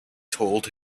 told